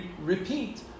repeat